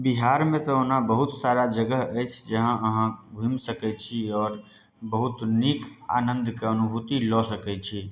बिहारमे तऽ ओना बहुत सारा जगह अछि जहाँ अहाँ घुमि सकै छी आओर बहुत नीक आनन्दके अनुभूति लऽ सकै छी